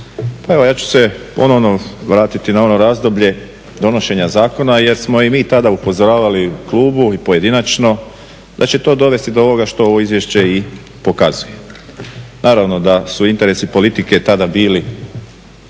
Pa evo ja ću se ponovno vratiti na ono razdoblje donošenja zakona jer smo i mi tada upozoravali u klubu i pojedinačno da će to dovesti do ovoga što ovo izvješće i pokazuje. Naravno da su interesi politike tada bili